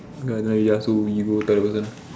okay done already lah so we go tell the person